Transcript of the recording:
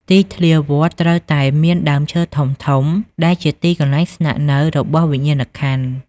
ទីធ្លាវត្ត ត្រូវតែមានដើមឈើធំៗ ដែលជាទីកន្លែងស្នាក់នៅរបស់វិញ្ញាណក្ខន្ធ។